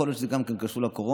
יכול להיות שזה גם קשור לקורונה,